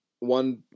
One